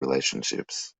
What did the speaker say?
relationships